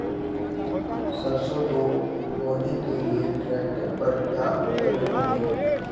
सरसों को बोने के लिये ट्रैक्टर पर क्या उपकरण जोड़ें?